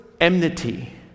enmity